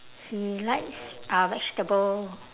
he likes uh vegetable